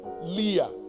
Leah